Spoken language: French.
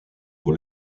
pour